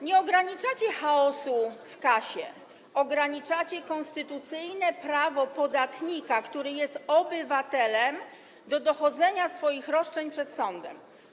Nie ograniczacie chaosu w KAS-ie, ograniczacie konstytucyjne prawo podatnika, który jest obywatelem, do dochodzenia swoich roszczeń przed sądem.